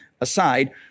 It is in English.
aside